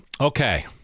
Okay